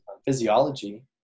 Physiology